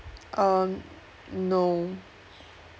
um no